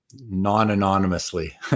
non-anonymously